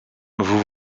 vous